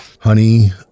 honey